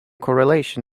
correlation